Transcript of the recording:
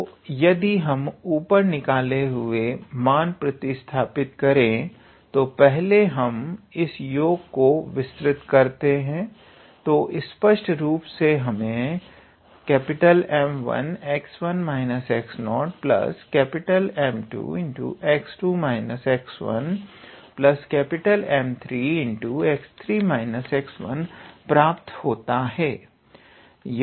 तो यदि हम ऊपर निकाले हुए मान प्रतिस्थापित करें तो पहले हम इस योग को विस्तृत करते हैं तो स्पष्ट रूप से हमें 𝑀1𝑥1 − 𝑥0 𝑀2𝑥2 − 𝑥1 𝑀3𝑥3 − 𝑥2 प्राप्त होता है